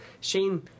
Shane